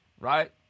right